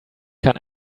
kann